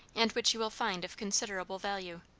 and which you will find of considerable value.